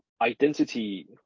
identity